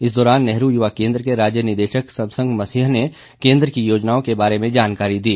इस दौरान नेहरू युवा केंद्र के राज्य निदेशक समसंग मसीह ने केंद्र की योजनाओं के बारे में जानकारी दी